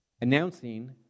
announcing